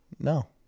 No